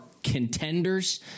Contenders